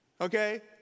okay